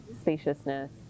spaciousness